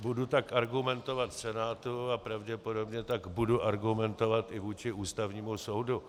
Budu tak argumentovat v Senátu a pravděpodobně tak budu argumentovat i vůči Ústavnímu soudu.